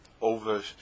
over